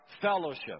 fellowship